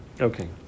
Okay